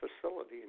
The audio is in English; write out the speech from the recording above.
facility